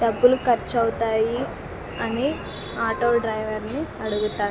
డబ్బులు ఖర్చు అవుతాయి అని ఆటో డ్రైవర్ని అడుగుతాను